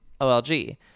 OLG